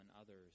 others